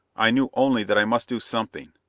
i knew only that i must do something.